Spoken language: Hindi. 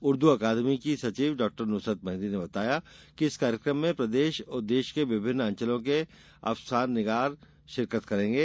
उर्दू अकादमी की सचिव डॉ नुसरत मेंहदी ने बताया कि इस कार्यक्रम में प्रदेश और देश के विभिन्न अंचलों के अफसानानिगार शिरकत करेंगे